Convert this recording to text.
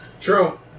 True